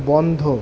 বন্ধ